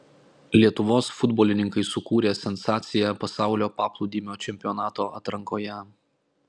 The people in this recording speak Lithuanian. lietuvos futbolininkai sukūrė sensaciją pasaulio paplūdimio čempionato atrankoje